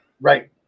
Right